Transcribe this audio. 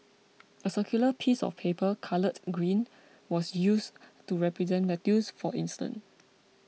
a circular piece of paper coloured green was used to represent lettuce for instance